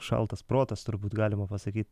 šaltas protas turbūt galima pasakyt